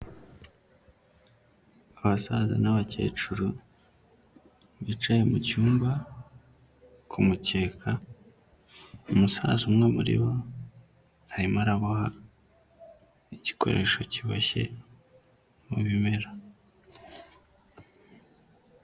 Abasaza n'abakecuru bicaye mucymba kumukeka, umusaza umwe muri bo arimo araboha igikoresho kiboshye mu bimera.